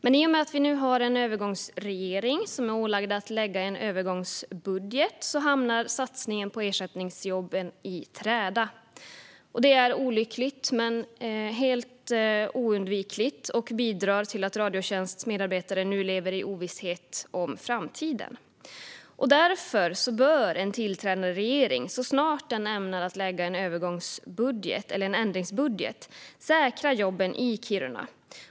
Men i och med att vi nu har en övergångsregering som är ålagd att lägga fram en övergångsbudget hamnar satsningen på ersättningsjobb i träda. Det är olyckligt men helt oundvikligt och bidrar till att Radiotjänsts medarbetare nu lever i ovisshet om framtiden. Därför bör en tillträdande regering så snart den lägger fram en ändringsbudget säkra jobben i Kiruna.